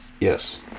Yes